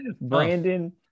brandon